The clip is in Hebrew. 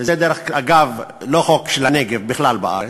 וזה, דרך אגב, לא חוק של הנגב, בכלל בארץ.